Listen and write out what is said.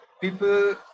people